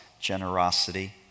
generosity